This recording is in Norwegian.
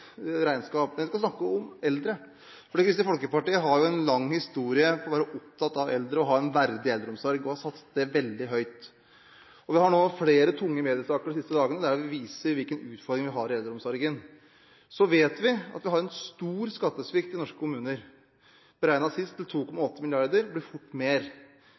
regnskap. Jeg skal snakke om eldre. Kristelig Folkeparti har jo en lang historie med å være opptatt av de eldre og av å ha en verdig eldreomsorg, og partiet har satt det veldig høyt. Det har vært flere tunge mediesaker de siste dagene som viser hvilke utfordringer vi har i eldreomsorgen. Så vet vi at vi har en stor skattesvikt i norske kommuner, sist beregnet til 2,8 mrd. kr, men det blir fort mer.